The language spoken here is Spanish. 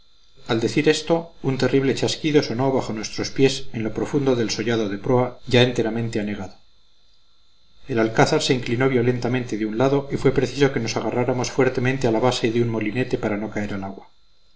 al decir esto un terrible chasquido sonó bajo nuestros pies en lo profundo del sollado de proa ya enteramente anegado el alcázar se inclinó violentamente de un lado y fue preciso que nos agarráramos fuertemente a la base de un molinete para no caer al agua